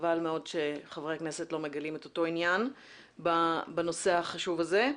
חבל מאוד שחברי הכנסת לא מגלים את אותו עניין בנושא החשוב הזה.